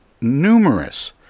numerous